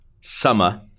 Summer